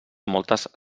moltes